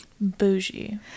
Bougie